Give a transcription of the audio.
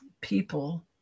people